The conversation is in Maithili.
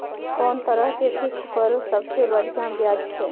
कोन तरह के फिक्स पर सबसे बढ़िया ब्याज छै?